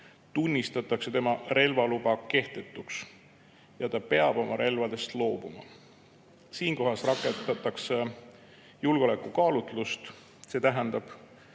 tunnistatakse tema relvaluba kehtetuks ja ta peab oma relvadest loobuma. Siinkohas rakendatakse julgeolekukaalutlust, mis tähendab,